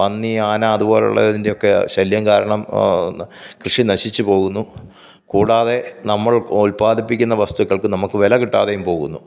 പന്നി ആന അതുപോലെയുള്ളതിൻ്റെയൊക്കെ ശല്യം കാരണം കൃഷി നശിച്ച് പോകുന്നു കൂടാതെ നമ്മൾ ഉൽപ്പാദിപ്പിക്കുന്ന വസ്തുക്കൾക്ക് നമുക്ക് വില കിട്ടാതെയും പോകുന്നു